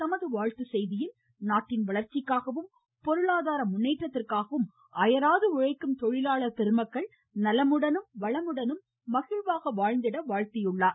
தமது வாழ்த்துச்செய்தியில் நாட்டின் வளர்ச்சிக்காகவும் பொருளாதார முன்னேற்றத்திற்காகவும் அயராது உழைக்கும் தொழிலாள பெருமக்கள் நலமுடனும் வளமுடனும் மகிழ்வாக வாழ்ந்திட வாழ்த்தியுள்ளார்